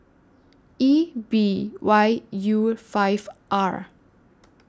E B Y U five R